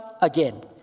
again